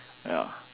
ya